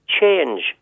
change